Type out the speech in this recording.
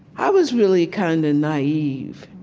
i was really kind of naive,